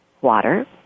water